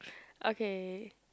okay